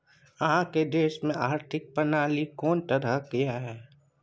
अहाँक देश मे आर्थिक प्रणाली कोन तरहक यै?